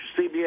CBS